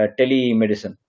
telemedicine